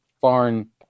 foreign